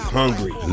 hungry